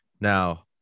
Now